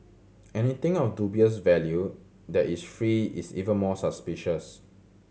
anything of dubious value that is free is even more suspicious